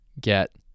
get